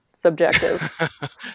subjective